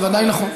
זה ודאי נכון.